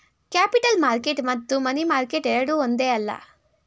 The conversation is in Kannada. ಕ್ಯಾಪಿಟಲ್ ಮಾರ್ಕೆಟ್ ಮತ್ತು ಮನಿ ಮಾರ್ಕೆಟ್ ಎರಡೂ ಒಂದೇ ಅಲ್ಲ